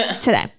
today